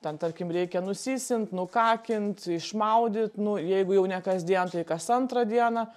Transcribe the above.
ten tarkim reikia nusysint nukakint išmaudyt nu jeigu jau ne kasdien tai kas antrą dieną